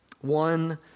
One